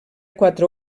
quatre